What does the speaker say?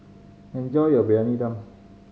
enjoy your Briyani Dum